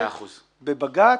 בבג"ץ,